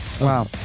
Wow